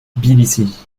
tbilissi